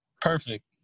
Perfect